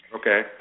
Okay